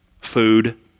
food